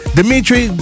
Dimitri